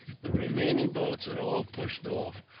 the remaining boats had all pushed off.